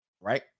Right